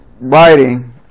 writing